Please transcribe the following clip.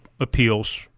appeals